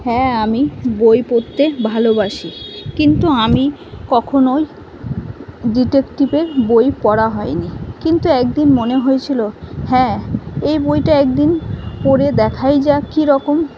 হ্যাঁ আমি বই পড়তে ভালোবাসি কিন্তু আমি কখনই ডিটেকটিভের বই পড়া হয়নি কিন্তু একদিন মনে হয়েছিল হ্যাঁ এই বইটা একদিন পড়ে দেখাই যাক কীরকম